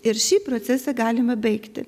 ir šį procesą galima baigti